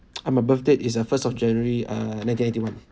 ah my birth date is uh first of january err nineteen eighty one